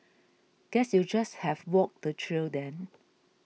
guess you'll just have walk the trail then